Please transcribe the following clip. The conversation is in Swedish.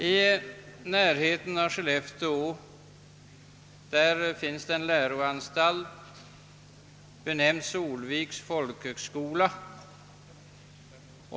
I närheten av SkeHefteå finns en läroanstalt benämnd Solviks folkhögskola.